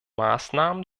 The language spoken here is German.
maßnahmen